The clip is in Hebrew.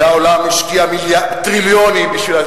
והעולם השקיע טריליונים בשביל,